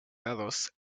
dados